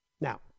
Now